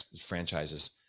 franchises